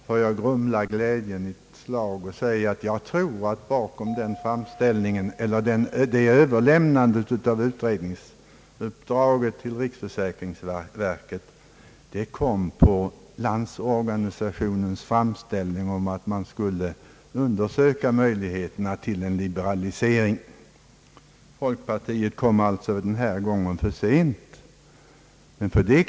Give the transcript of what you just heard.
Låt mig grumla herr Österdahls glädje något med att säga att enligt min uppfattning skedde överlämnandet av uppdraget till riksförsäkringsverket efter Landsorganisationens framställning om en undersökning av möjligheterna till en liberalisering. Folkpartiet kom alltså för sent denna gång.